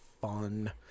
fun